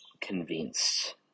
convinced